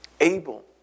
Abel